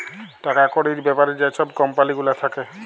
টাকা কড়ির ব্যাপারে যে ছব কম্পালি গুলা থ্যাকে